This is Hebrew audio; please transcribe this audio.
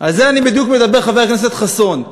זה הכול.